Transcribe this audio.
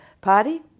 party